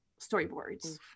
storyboards